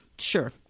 sure